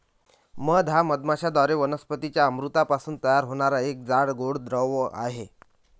मध हा मधमाश्यांद्वारे वनस्पतीं च्या अमृतापासून तयार होणारा एक जाड, गोड द्रव आहे